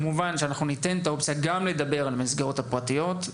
כמובן שאנחנו ניתן את האופציה גם לדבר על המסגרות הפרטיות,